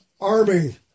army